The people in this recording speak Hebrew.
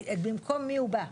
במקום מי הוא בא.